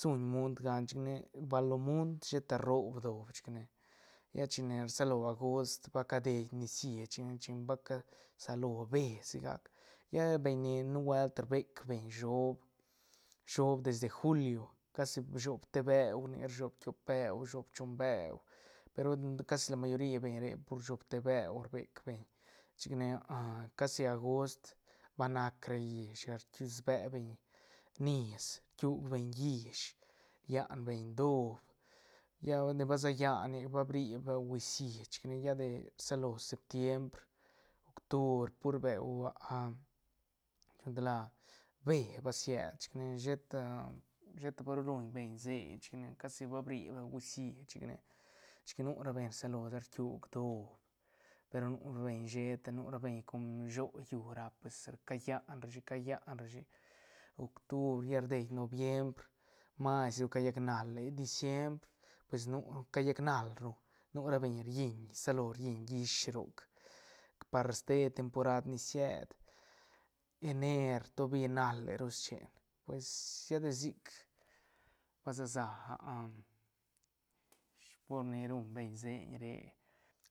Suñ munt gan chic ne bal lo munt sheta roob doob chic ne lla chine rsalo agost ba cadei nicií chenga chen va casalo bee sigac ya beñ ni nuebuelt rbec beñ shop- shop desde julio casi shop te beu nic shop tiop beu shop choon beu pe ru casi la mayori beñ re pur shob te beu rbec beñ chic ne casi agost va nac ra llishga rbe beñ niis rquiug beñ llish rian beñ doob lla de ba se lla nic ba bri beu gucií chic ya de rsalo septiembr, octubr pur beu shi lo gan tal la bee basied chic ne sheta- sheta pa ru ruñ beñ seiñ chic ne casi ba bri beu gucií chic ne chic nu sa ra beñ rsalo rquiug doob per nu ra beñ sheta nu ra beñ com sho llú raap pues callan rashi- callan rashi octubr lla rdei noviembr mas ru callac nale diciembr pues nu ru callac nal ru nu ra bel riiñ rsalo riiñ llish roc par ste temporad ni sied ener tobi naleru chen pues lla de sic ba se sa por ni rum beñ seiñ re